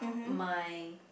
my